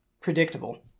predictable